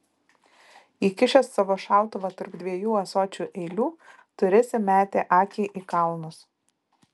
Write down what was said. įkišęs savo šautuvą tarp dviejų ąsočių eilių turisi metė akį į kalnus